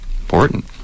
Important